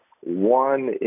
One